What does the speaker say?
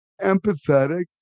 empathetic